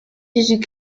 jésus